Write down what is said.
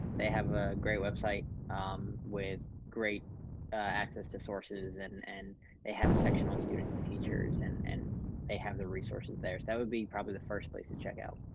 they have a great website with great access to sources and and they have a section on students and teachers and and they have the resources there. so that would be probably the first place to check out